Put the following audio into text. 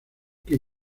que